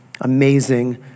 amazing